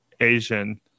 Asian